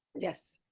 yes.